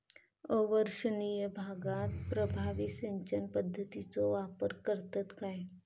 अवर्षणिय भागात प्रभावी सिंचन पद्धतीचो वापर करतत काय?